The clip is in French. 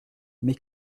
mais